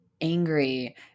angry